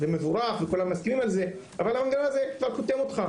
זה מבורך וכולם מסכימים על זה אבל המנגנון הזה כבר קוטם אותך.